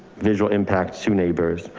visual impact to neighbors,